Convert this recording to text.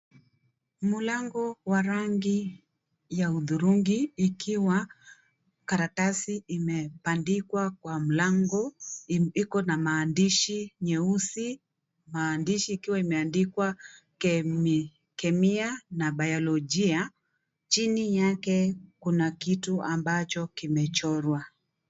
Mlango wa rangi ya hudhurungi, ikiwa karatasi imebandikwa kwa mlango, iko na maandishi nyeusi, maandishi ikiwa imeandikwa kemia na bayolojia. Chini yake kuna kitu ambacho kimechorwa.